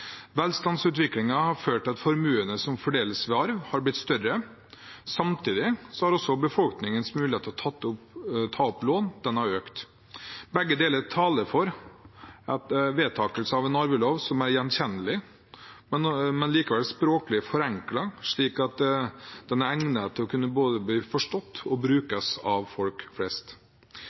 har ført til at formuene som fordeles ved arv, har blitt større. Samtidig har også befolkningens muligheter til å ta opp lån økt. Begge deler taler for vedtakelse av en arvelov som er gjenkjennelig, men likevel språklig forenklet, slik at den er egnet til å kunne både bli forstått og brukt av folk flest.